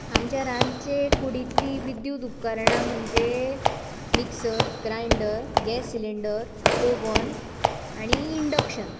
आमचे रांदचे कुडींतलीं विद्युत उपकरणां म्हणचे mixer grinder gas cylinder oven आनी इंड्कशन